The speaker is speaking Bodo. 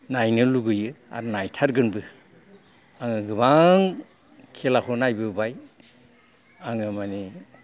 नायनो लुबैयो आरो नायथारगोनबो आङो गोबां खेलाखौ नायबोबाय आङो मानि